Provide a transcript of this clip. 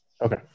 Okay